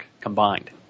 combined